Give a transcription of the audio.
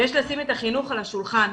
יש לשים את החינוך על השולחן.